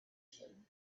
him